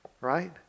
right